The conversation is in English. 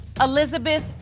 Elizabeth